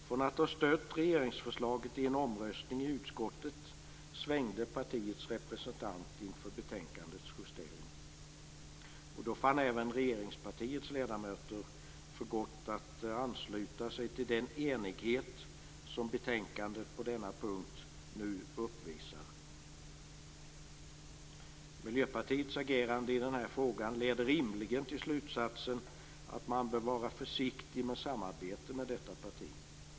Från att ha stött regeringsförslaget i en omröstning i utskottet svängde partiets representant inför betänkandets justering. Då fann även regeringspartiets ledamöter för gott att ansluta sig till den enighet som betänkandet på denna punkt nu uppvisar. Miljöpartiets agerande i denna fråga leder rimligen till slutsatsen att man bör vara försiktig med samarbete med detta parti.